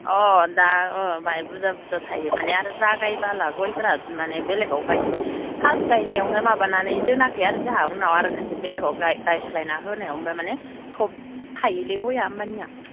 अ दा अ बुरजा बुरजा थायो माने आरो जागायब्ला गयफोरा माने बेलेगाव गायस्लाय फार्स्ट गायनायावनो माबानानै दोनाखै आरो जाहा उनाव आरो खोनसे बेलेगाव गायस्लायना होनायाव ओमफाय माने थब थायोलै गया होमबानिया